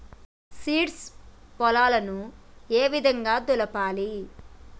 Seeds పొలాలను ఏ విధంగా దులపాలి?